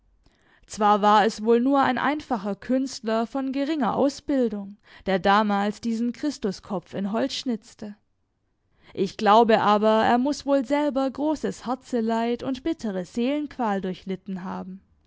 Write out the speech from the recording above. zwar war es wohl nur ein einfacher künstler von geringer ausbildung der damals diesen christuskopf in holz schnitzte ich glaube aber er muß wohl selber großes herzeleid und bittere seelenqual durchlitten haben